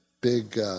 big